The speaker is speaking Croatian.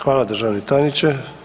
Hvala državni tajniče.